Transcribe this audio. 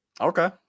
Okay